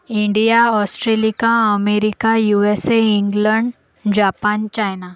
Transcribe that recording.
India Australia America U S A England Japan China